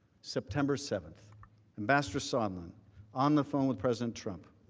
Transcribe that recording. september seven and besser sondland on the phone with president trump.